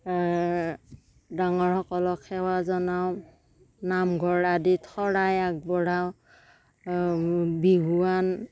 ডাঙৰ সকলক সেৱা জনাওঁ নামঘৰ আদিত শৰাই আগবঢ়াওঁ বিহুৱান